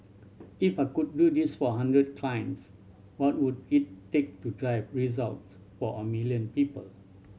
if I could do this for hundred clients what would it take to drive results for a million people